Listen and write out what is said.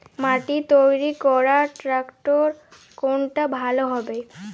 মাটি তৈরি করার ট্রাক্টর কোনটা ভালো হবে?